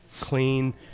clean